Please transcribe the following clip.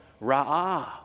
ra'ah